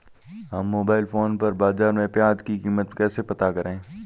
हम mobile phone पर बाज़ार में प्याज़ की कीमत कैसे पता करें?